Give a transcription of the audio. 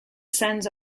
sense